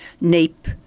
nape